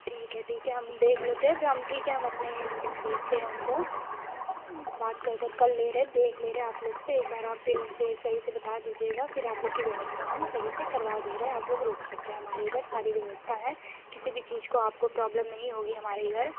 ठीक है ठीक है हम देख लेते हैं फ़िर हम ठीक है हम अपने भेजते हैं उनको बात कर कर कर ले रहे देख ले रहे आप लोग से एक बार आप उनसे सही से बता दीजिएगा फ़िर आप लोग की व्यवस्था हम सही से करवा दे रहे आप लोग रुक सकते हैं हमारे इधर सारी व्यवस्था है किसी भी चीज़ को आपको प्रॉब्लम नहीं होगी हमारे इधर